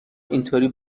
اینطوری